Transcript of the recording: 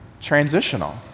transitional